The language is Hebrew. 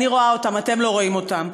אני רואה אותם, אתם לא רואים אותם.